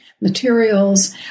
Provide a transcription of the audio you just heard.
materials